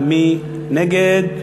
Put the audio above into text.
מי נגד?